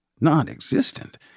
non-existent